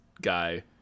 guy